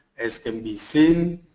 as can be seen,